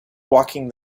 walking